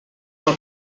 pel